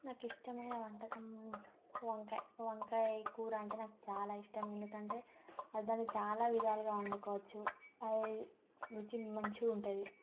నాకిష్టమైన వంటకం వంకాయ వంకాయ కూర అంటే నాకు చాలా ఇష్టం ఎందుకంటే అది దానికి చాలా విధాలుగా వండుకోవచ్చు అదే రుచిని మంచిగుంటుంది